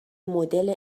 مدل